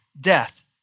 death